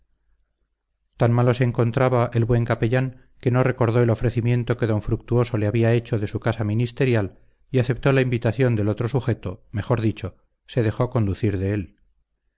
tan malo se encontraba el buen capellán que no recordó el ofrecimiento que d fructuoso le había hecho de su casa ministerial y aceptó la invitación del otro sujeto mejor dicho se dejó conducir de él